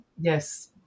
yes